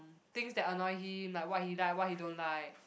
things that annoy him like what he like what he don't like